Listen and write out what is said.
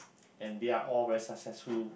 and they are all very successful